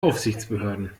aufsichtsbehörden